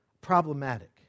problematic